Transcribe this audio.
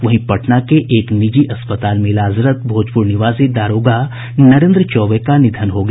वहीं पटना के एक निजी अस्पताल में इलाजरत भोजपुर निवासी दारोगा नरेन्द्र चौबे का निधन हो गया